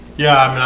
yeah